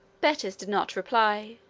betis did not reply,